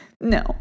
No